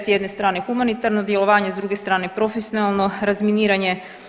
S jedne strane humanitarno djelovanje, s druge strane profesionalno razminiranje.